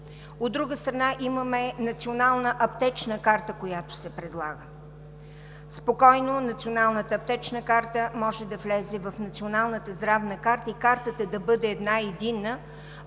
от друга страна, имаме Национална аптечна карта, която се предлага. Националната аптечна карта спокойно може да влезе в Националната здравна карта и картата да бъде единна,